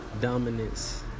dominance